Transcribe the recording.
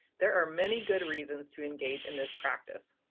there are many good reasons to engage in this practice.